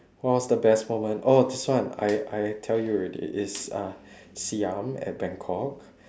what was the best moment oh this one I I tell you already it's uh siam at bangkok